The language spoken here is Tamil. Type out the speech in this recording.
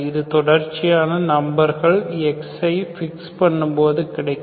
இது தொடர்ச்சியான நம்பர்களை x ஐ பிக்ஸ் பண்ணும் போது கிடைக்கும்